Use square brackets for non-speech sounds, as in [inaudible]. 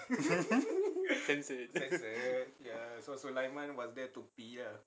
[laughs] censored